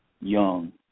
young